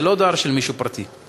זה לא דואר של מישהו פרטי,